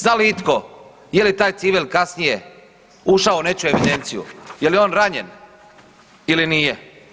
Zna li itko je li taj civil kasnije ušao u nečiju evidenciju, je li on ranjen ili nije.